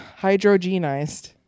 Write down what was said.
hydrogenized